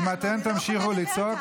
אם אתם תמשיכו לצעוק,